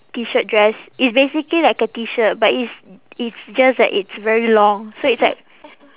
T shirt dress it's basically like a T shirt but it's it's just that it's very long so it's like